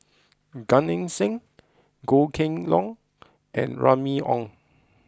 Gan Eng Seng Goh Kheng Long and Remy Ong